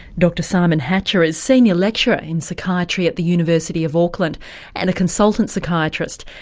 dr simon hatcher is senior lecturer in psychiatry at the university of auckland and a consultant psychiatrist.